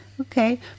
Okay